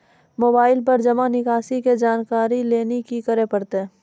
Mobile पर जमा निकासी के जानकरी लेली की करे परतै?